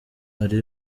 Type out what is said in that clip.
ari